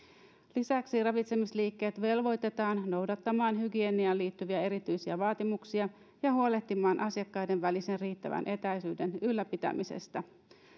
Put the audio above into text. lisäksi ravitsemisliikkeet velvoitetaan noudattamaan hygieniaan liittyviä erityisiä vaatimuksia ja huolehtimaan asiakkaiden välisen riittävän etäisyyden ylläpitämisestä